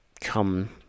come